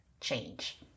change